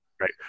right